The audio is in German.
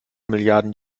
milliarden